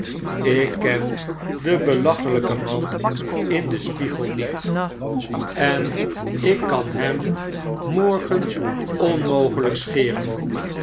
ik ken den belachelijken man in den spiegel niet en ik kan kern morgen onmogelijk scheren